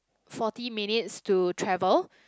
forty minutes to travel